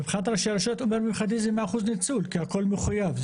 מבחינת הרשויות ומבחינתי זה 100% ניצול כי הכול מחויב.